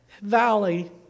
valley